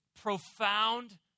profound